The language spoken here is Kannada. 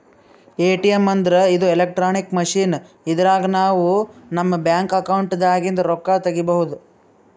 ಎ.ಟಿ.ಎಮ್ ಅಂದ್ರ ಇದು ಇಲೆಕ್ಟ್ರಾನಿಕ್ ಮಷಿನ್ ಇದ್ರಾಗ್ ನಾವ್ ನಮ್ ಬ್ಯಾಂಕ್ ಅಕೌಂಟ್ ದಾಗಿಂದ್ ರೊಕ್ಕ ತಕ್ಕೋಬಹುದ್